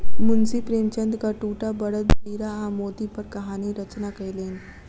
मुंशी प्रेमचंदक दूटा बड़द हीरा आ मोती पर कहानी रचना कयलैन